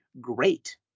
great